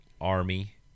Army